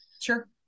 Sure